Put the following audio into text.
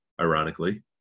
ironically